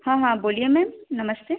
हाँ हाँ बोलिए मैम नमस्ते